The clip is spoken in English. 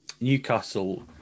Newcastle